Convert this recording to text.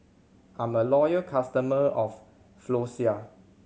I'm a loyal customer of Floxia